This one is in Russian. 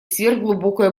сверхглубокое